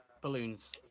balloons